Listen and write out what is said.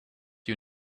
you